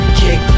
kick